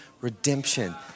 redemption